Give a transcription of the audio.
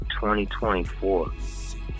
2024